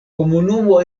komunumo